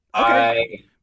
Okay